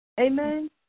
Amen